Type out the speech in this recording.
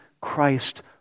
Christ